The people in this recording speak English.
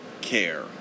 care